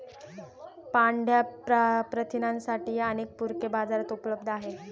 पांढया प्रथिनांसाठीही अनेक पूरके बाजारात उपलब्ध आहेत